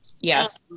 Yes